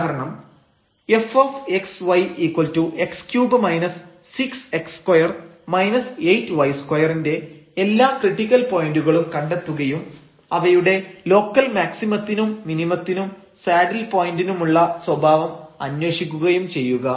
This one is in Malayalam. ഉദാഹരണം fxyx3 6x2 8y2 ന്റെ എല്ലാ ക്രിട്ടിക്കൽ പോയന്റുകളും കണ്ടെത്തുകയും അവയുടെ ലോക്കൽ മാക്സിമത്തിനും മിനിമത്തിനും സാഡിൽ പോയന്റിനുമുള്ള സ്വഭാവം അന്വേഷിക്കുകയും ചെയ്യുക